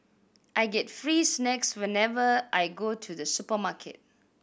I get free snacks whenever I go to the supermarket